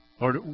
Lord